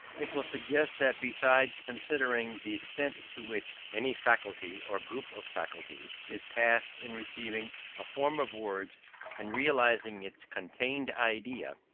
it will suggest that besides considering the extent to which any faculty or group of faculties is tasked in receiving a form of words and realizing its contained idea,